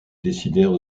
décidèrent